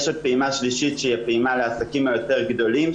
יש עוד פעימה שלישית שהיא הפעימה לעסקים היותר גדולים,